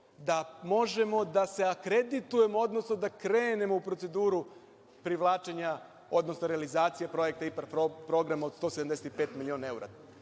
da možemo da se akreditujemo, odnosno da krenemo u proceduru privlačenja, odnosno realizacije projekta IPARD programa od 175 miliona evra?